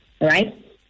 right